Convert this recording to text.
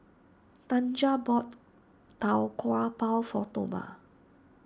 Tanja bought Tau Kwa Pau for Toma